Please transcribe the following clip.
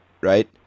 right